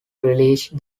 released